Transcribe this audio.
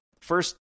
first